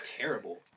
terrible